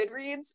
Goodreads